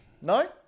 No